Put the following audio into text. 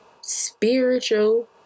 spiritual